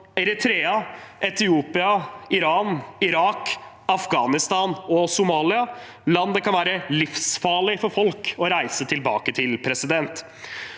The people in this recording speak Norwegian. Eritrea, Etiopia, Iran, Irak, Afghanistan og Somalia – land det kan være livsfarlig for folk å reise tilbake til.